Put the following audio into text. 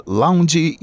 lounge